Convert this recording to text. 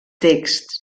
texts